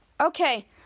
Okay